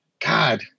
God